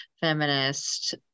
feminist